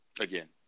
again